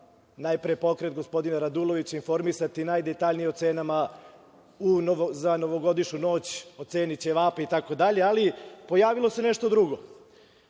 najpre pokret gospodina Radulovića informisati najdetaljnije o cenama za novogodišnju noć, o cenama ćevapa itd, ali pojavilo se nešto drugo.U